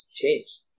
changed